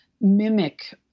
Mimic